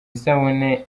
isabune